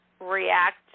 react